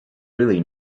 really